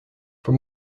for